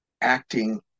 acting